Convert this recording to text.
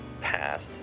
past